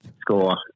score